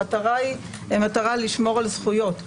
המטרה לשמור על זכויות.